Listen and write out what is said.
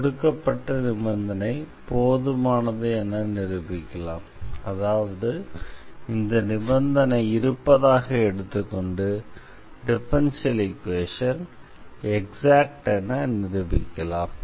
எனவே கொடுக்கப்பட்ட நிபந்தனை போதுமானது என நிரூபிக்கலாம் அதாவது இந்த நிபந்தனை இருப்பதாக எடுத்துக்கொண்டு டிஃபரன்ஷியல் ஈக்வேஷன் எக்ஸாக்ட் என நிரூபிக்கலாம்